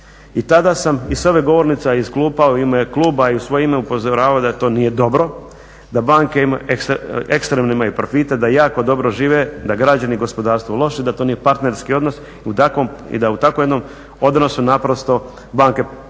I tada sam i sa ove govornice a i iz klupa u ime kluba i u svoje ime upozoravao da to nije dobro, da banke imaju, ekstremne imaju profite, da jako dobro žive, da građani i gospodarstvo je loše, da to nije partnerski odnos. I da u tako jednom odnosu naprosto banke privremeno